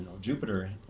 Jupiter